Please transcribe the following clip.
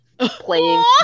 playing